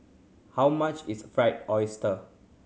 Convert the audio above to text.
how much is Fried Oyster